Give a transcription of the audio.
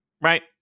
right